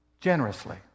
generously